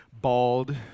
bald